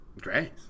Great